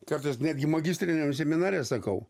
kartais netgi magistriniam seminare sakau